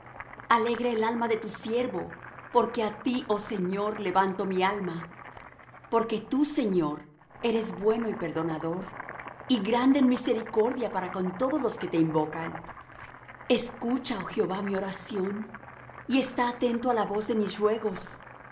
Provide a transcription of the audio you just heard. alegra el alma de tu siervo porque á ti oh señor levanto mi alma porque tú señor eres bueno y perdonador y grande en misericordia para con todos los que te invocan escucha oh jehová mi oración y está atento á la voz de mis ruegos